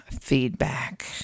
feedback